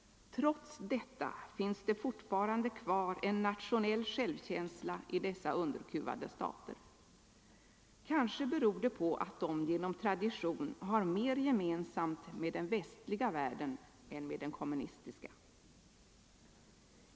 Trots detta finns det fortfarande stora skaror av fi kvar en nationell självkänsla i dessa underkuvade stater. Kanske beror det på att de genom tradition har mer gemensamt med den västliga världen än med den kommunistiska.